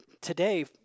today